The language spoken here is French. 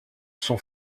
sont